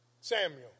Samuel